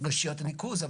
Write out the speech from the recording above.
רשויות הניקוז,